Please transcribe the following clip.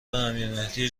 امیرمهدی